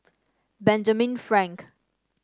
Benjamin Frank